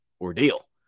ordeal